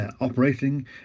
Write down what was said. operating